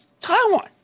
Taiwan